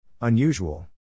Unusual